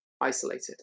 isolated